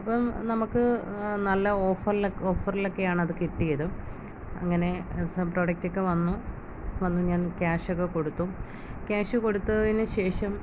അപ്പം നമുക്ക് നല്ല ഓഫറിലൊക്കെ ഓഫറിലൊക്കെയാണത് കിട്ടിയതും അങ്ങനെ സബ്പ്രോഡക്റ്റ് ഒക്കെ വന്നു വന്ന് ഞാൻ ക്യാഷ് ഒക്കെ കൊടുത്തു ക്യാഷ് കൊടുത്തതിനുശേഷം